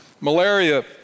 Malaria